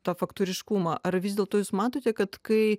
tą faktoriškumą ar vis dėlto jūs matote kad kai